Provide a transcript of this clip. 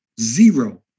zero